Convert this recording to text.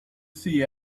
see